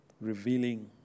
revealing